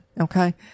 okay